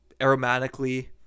aromatically